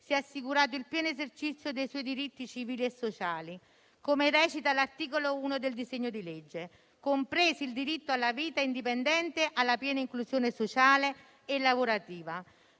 sia assicurato il pieno esercizio dei suoi diritti civili e sociali, come recita l'articolo 1 del disegno di legge, compresi il diritto alla vita indipendente, alla piena inclusione sociale e lavorativa,